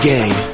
Gang